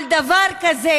על דבר כזה,